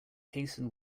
hasten